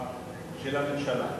עמדה של הממשלה.